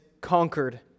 conquered